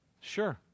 Sure